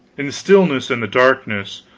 in the stillness and the darkness,